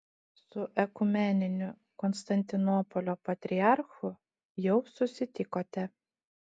su ekumeniniu konstantinopolio patriarchu jau susitikote